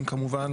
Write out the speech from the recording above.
עם כמובן